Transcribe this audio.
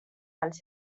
pels